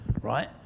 right